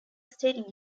state